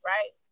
Right